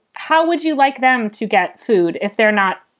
how would you like them to get food if they're not,